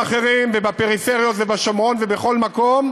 אחרים ובפריפריות ובשומרון ובכל מקום,